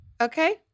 Okay